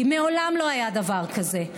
כי מעולם לא היה דבר כזה.